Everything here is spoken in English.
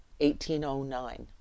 1809